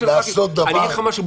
אני אגיד לך משהו,